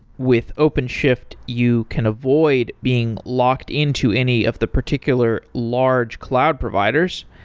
with openshift, you can avoid being locked into any of the particular large cloud providers.